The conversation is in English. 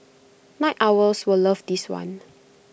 night owls will love this one